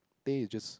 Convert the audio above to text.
teh is just